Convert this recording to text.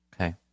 Okay